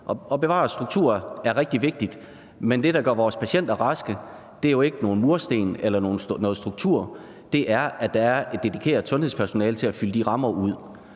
at bevare en struktur er rigtig vigtigt. Men det, der gør vores patienter raske, er jo ikke nogle mursten eller noget struktur, men det er, at der er et dedikeret sundhedspersonale til at fylde de rammer ud,